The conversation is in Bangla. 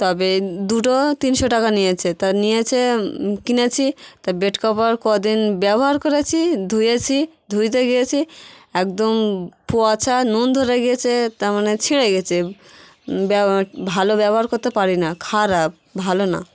তবে দুটো তিনশো টাকা নিয়েছে তা নিয়েছে কিনেছি তা বেড কভার কদিন ব্যবহার করেছি ধুয়েছি ধুতে গিয়েছি একদম পচা নুন ধরে গিয়েছে তেমনি ছিঁড়ে গিয়েছে ভালো ব্যবহার করতে পারি না খারাপ ভালো না